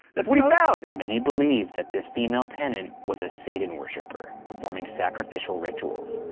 that's what he found! many believe that this female tenant was a satan worshiper performing sacrificial rituals.